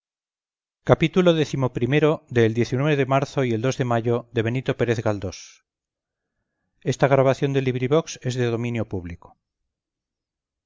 xxvii xxviii xxix xxx el de marzo y el de mayo de